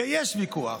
ויש ויכוח,